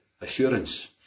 Assurance